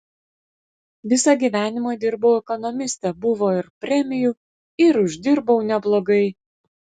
visą gyvenimą dirbau ekonomiste buvo ir premijų ir uždirbau neblogai